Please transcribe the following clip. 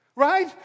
right